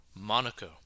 Monaco